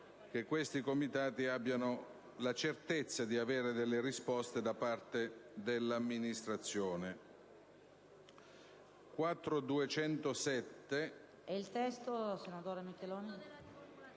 che questi Comitati abbiano la certezza di ottenere risposte da parte dell'Amministrazione.